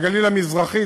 בגליל המזרחי,